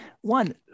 One